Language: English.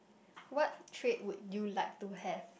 what trait would you like to have